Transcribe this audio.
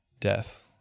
death